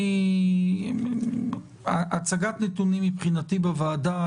הצגת נתונים בוועדה,